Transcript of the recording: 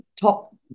top